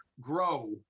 grow